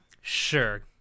Sure